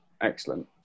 excellent